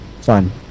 fun